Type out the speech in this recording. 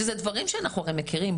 שאלה דברים שאנחנו הרי מכירים.